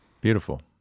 beautiful